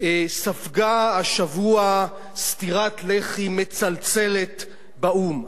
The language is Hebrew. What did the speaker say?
ספגה השבוע סטירת לחי מצלצלת באו"ם.